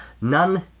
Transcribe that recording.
none